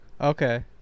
Okay